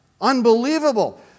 Unbelievable